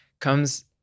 comes